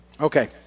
Okay